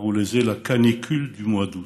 קראו לזה La canicule du mois août.